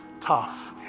tough